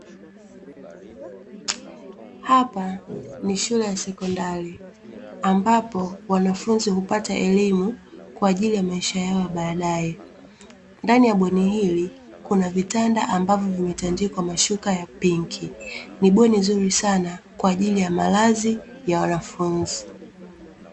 Hapa ni shule ya sekondari ambapo wanafunzi hupata elimu kwa ajili ya maisha yao ya baadaye, ndani ya bweni hili kuna vitanda ambavyo vimetandikwa mashuka ya pinki , ni bweni zuri sana kwa ajili ya malazi ya wanafunzi .